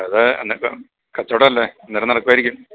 അത് എന്നൊക്കെ കച്ചവടമല്ലേ അന്നേരം നടക്കുവായിരിക്കും